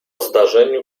zdarzeniu